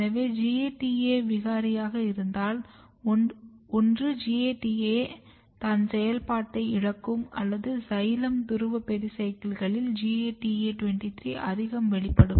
எனவே GATA விகாரியாக இருந்தால் ஒன்று GATA தன் செயல்பாட்டை இழக்கும் அல்லது சைலம் துருவ பெரிசைக்கிளில் GATA 23 அதிகம் வெளிப்படும்